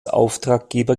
auftraggeber